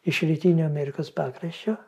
iš rytinio amerikos pakraščio